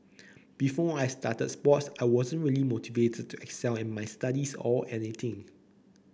before I started sports I wasn't really motivated to excel in my studies or anything